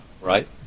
right